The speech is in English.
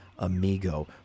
Amigo